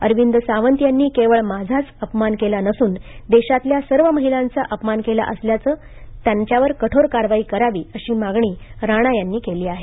अरविंद सावंत यांनी केवळ माझाच अपमान केला नसून देशातल्या सर्व महिलांचाअपमान केला असल्यानं त्याच्यावर कठोर कारवाई करावी अशी मागणी राणा यांनी केली आहे